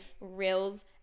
reels